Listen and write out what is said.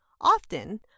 often